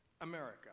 America